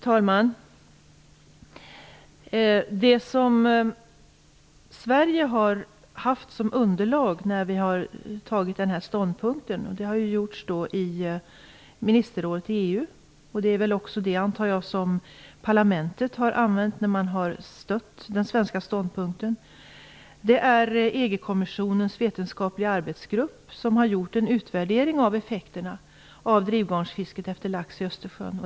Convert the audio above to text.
Fru talman! Det som Sverige har haft som underlag när denna ståndpunkt tagits i ministerrådet i EU, och det jag antar att parlamentet har använt när man har stött den svenska ståndpunkten, är EG kommissionens vetenskapliga arbetsgrupps utvärdering av effekterna av drivgarnsfisket efter lax i Östersjön.